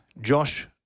Josh